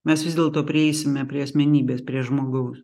mes vis dėlto prieisime prie asmenybės prie žmogaus